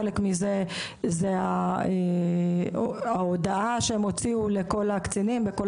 חלק מזה זאת ההודעה שהם הוציאו לכל הקצינים בכל